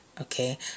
Okay